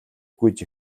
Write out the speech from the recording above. гүйж